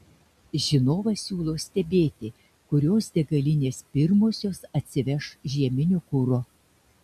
žinovas siūlo stebėti kurios degalinės pirmosios atsiveš žieminio kuro